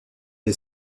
les